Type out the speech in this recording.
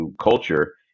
culture